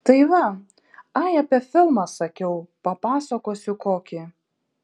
tai va ai apie filmą sakiau papasakosiu kokį